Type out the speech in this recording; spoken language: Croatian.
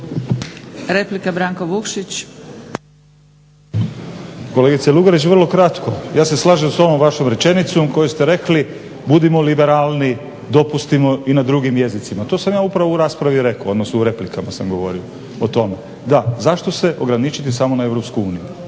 - Stranka rada)** Kolegice Lugarić vrlo kratko. Ja se slažem s ovom vašom rečenicom u kojoj ste rekli budimo liberalni, dopustimo i na drugim jezicima. To sam ja upravo u raspravi rekao, odnosno u replikama sam govorio o tome. Da, zašto se ograničiti samo na EU?